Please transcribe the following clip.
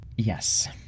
Yes